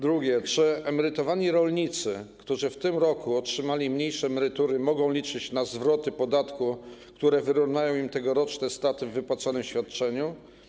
Drugie: Czy emerytowani rolnicy, którzy w tym roku otrzymali mniejsze emerytury, mogą liczyć na zwroty podatku, które wyrównają im tegoroczne straty w wypłaconym świadczeniu?